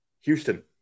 Houston